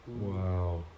Wow